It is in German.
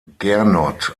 gernot